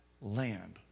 land